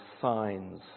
signs